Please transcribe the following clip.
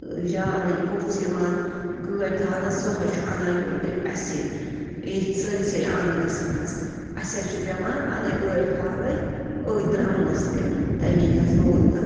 جاے پوٚژھ یِوان گٲڑۍ تھاونس سُہ حظ چھُ اَنان یوٗرۍ اَسی ییٚتھۍ سٲنۍسٕے آنٛگنس منٛز اَسہِ حظ چھِ پٮ۪وان پنٕنۍ گٲڑۍ کھالٕنۍ أتھۍ درٛمنس پٮ۪ٹھ تَمی حظ گوٚل تَتھ